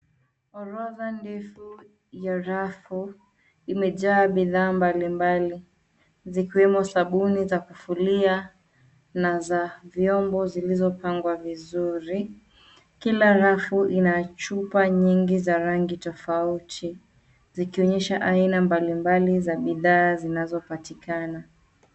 Orodha ndefu ya rafu imejaa bidhaa mbalimbali zikiwemo sabuni za kufulia na za vyombo zilizo pangwa vizuri. Kila rafu ina chupa nyingi za rangi tofauti zikionyesha aina mbalimbali za bidhaa zinazo patikana.